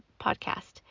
podcast